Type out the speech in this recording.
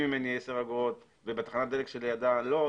ממני 10 אגורות ובתחנת הדלק שלידה לא,